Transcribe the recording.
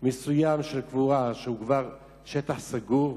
מסוים של קבורה שהוא כבר שטח סגור,